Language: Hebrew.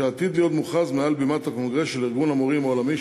שעתיד להיות מוכרז מעל בימת הקונגרס של ארגון המורים העולמי,